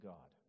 God